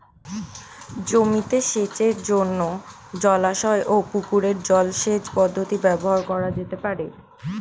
জমিতে সেচের জন্য জলাশয় ও পুকুরের জল সেচ পদ্ধতি ব্যবহার করা যেতে পারে?